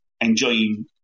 enjoying